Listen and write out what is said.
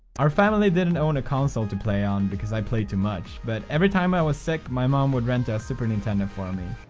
our family didn't own a console to play on because i played too much. but everytime i was sick, my mum would rent a super nintendo for me.